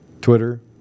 Twitter